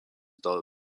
dėl